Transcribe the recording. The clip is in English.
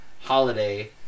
Holiday